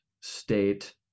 state